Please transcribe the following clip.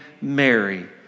Mary